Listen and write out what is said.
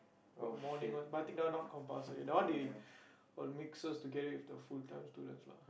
but morning one but I think that one not compulsory that one they got mix us together with the full time students lah